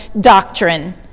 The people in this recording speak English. doctrine